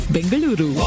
Bengaluru